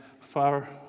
far